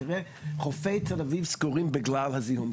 תראה שחופי תל אביב סגורים בגלל הזיהום.